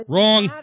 Wrong